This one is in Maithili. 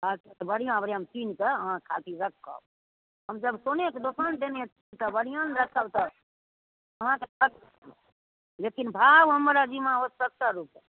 अच्छा तऽ बढिऑं बढिऑं हम कीन कऽ अहाँ खातिर रखब हम जब सोनेके दोकान देने छी तब बढिऑं रखब तऽ अहाँके लेकिन भाव हमर अजीमा होत सत्तरि रुपये